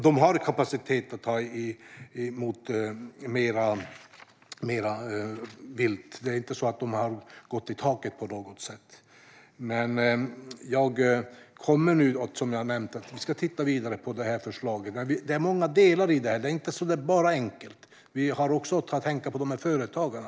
De har kapacitet att ta emot mer vilt. De har inte nått taket på något sätt. Jag kommer, som jag har nämnt, att titta vidare på förslaget. Men det är många delar i det här. Det är inte bara enkelt. Vi måste också tänka på de här företagarna.